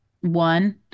one